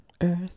Earth